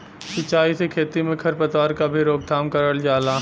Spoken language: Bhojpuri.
सिंचाई से खेती में खर पतवार क भी रोकथाम करल जाला